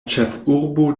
ĉefurbo